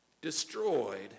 destroyed